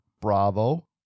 Bravo